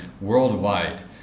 worldwide